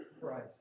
Christ